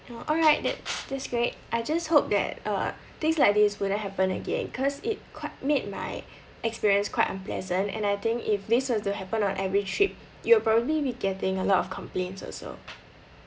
oh alright that~ that's great I just hope that uh things like this wouldn't happen again cause it qui~ made my experience quite unpleasant and I think if this were to happen on every trip you'll probably be getting a lot of complaints also